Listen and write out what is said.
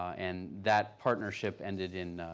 and that partnership, ended in,